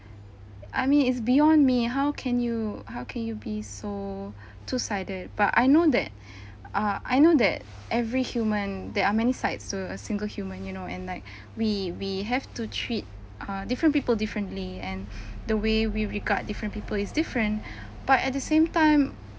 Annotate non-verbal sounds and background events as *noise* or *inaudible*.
I mean it's beyond me how can you how can you be so *breath* two sided but I know that *breath* uh I know that every human there are many sides so a single human you know and like *breath* we we have to treat uh different people differently and *breath* the way we regard different people is different *breath* but at the same time